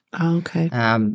Okay